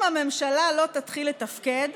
אם הממשלה לא תתחיל לתפקד,